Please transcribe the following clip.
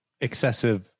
excessive